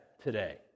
today